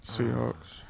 Seahawks